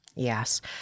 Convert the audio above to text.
Yes